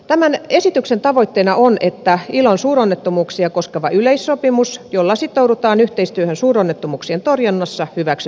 tämän esityksen tavoitteena on että ilon suuronnettomuuksia koskeva yleissopimus jolla sitoudutaan yhteistyöhön suuronnettomuuksien torjunnassa hyväksytään